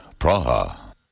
Praha